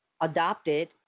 adopted